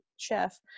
chef